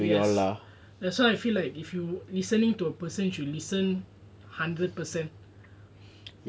that's why I feel like if you listening to a person should listen hundred percent